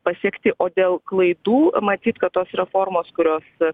pasiekti o dėl klaidų matyt kad tos reformos kurios